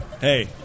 Hey